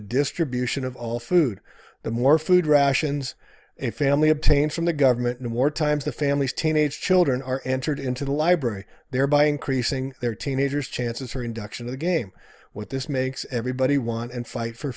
the distribution of all food the more food rations a family obtains from the government and more times the family's teenage children are entered into the library thereby increasing their teenager's chances are induction of the game what this makes everybody want and fight for